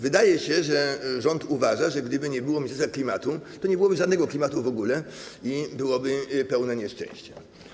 Wydaje się, że rząd uważa, że gdyby nie było Ministerstwa Klimatu, to nie byłoby żadnego klimatu w ogóle i byłoby pełno nieszczęścia.